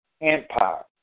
Empire